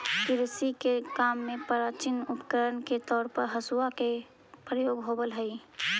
कृषि के काम में प्राचीन उपकरण के तौर पर हँसुआ के प्रयोग होवऽ हई